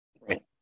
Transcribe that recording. right